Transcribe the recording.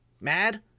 mad